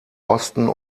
osten